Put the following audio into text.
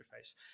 interface